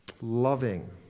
loving